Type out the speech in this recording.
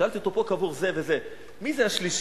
ושאלתי אותו: פה קבור זה וזה, מי זה השלישי?